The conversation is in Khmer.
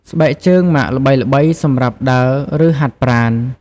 ស្បែកជើងម៉ាកល្បីៗសម្រាប់ដើរ ឬហាត់ប្រាណ។